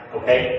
okay